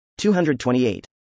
228